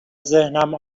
ذهنم